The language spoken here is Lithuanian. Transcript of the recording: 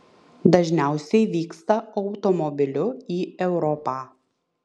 dažniausiai vyksta automobiliu į europą